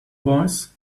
boys